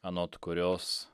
anot kurios